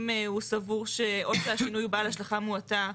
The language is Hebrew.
אם הוא סבור או שהשינוי הוא בעל השכלה מועטה,